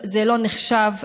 זה לא נחשב תרגום.